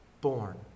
born